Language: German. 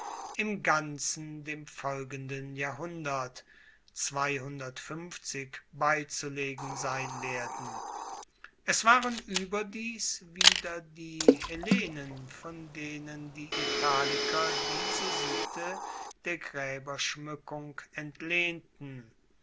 im ganzen dem folgenden jahrhundert beizulegen sein werden es waren allerdings wieder die hellenen von denen die italiker diese sitte der graeberschmueckung entlehnten